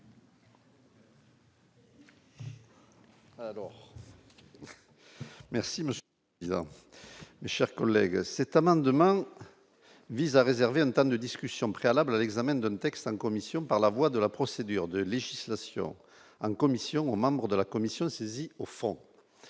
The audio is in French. Merci monsieur chers collègues cette amendement vise à réserver un thème de discussion préalable à l'examen donne texane commission par la voix de la procédure de législation en commission aux membres de la commission, saisie au fond